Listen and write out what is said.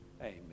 Amen